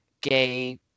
gay